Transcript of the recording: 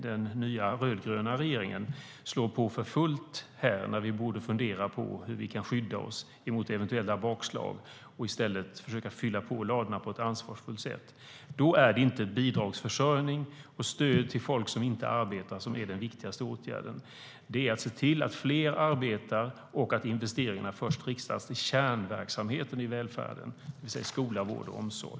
Den nya, rödgröna regeringen slår på för fullt när vi i stället borde fundera på hur vi kan skydda oss mot eventuella bakslag och försöka fylla på ladorna på ett ansvarsfullt sätt. Det är inte bidragsförsörjning och stöd till folk som inte arbetar som är den viktigaste åtgärden, utan det är att se till att fler arbetar och att investeringarna först riktas till kärnverksamheten i välfärden - det vill säga skola, vård och omsorg.